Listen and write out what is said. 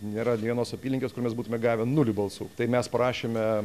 nėra vienos apylinkės kur mes būtume gavę nulį balsų tai mes parašėme